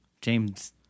James